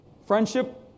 Friendship